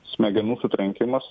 smegenų sutrenkimas